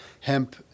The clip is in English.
hemp